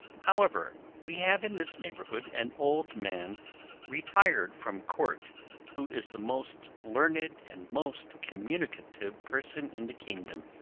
however, we have in this neighbourhood an old man retired from court who is the most learned and most communicative person in the kingdom.